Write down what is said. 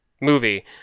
movie